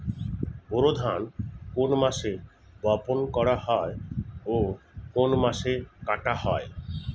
বোরো ধান কোন মাসে বপন করা হয় ও কোন মাসে কাটা হয়?